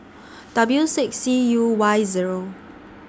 W six C U Y Zero